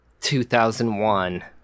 2001